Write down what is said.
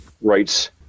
rights